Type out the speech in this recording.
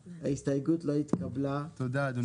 הצבעה ההסתייגות לא אושרה תודה אדוני יושב הראש.